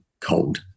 cold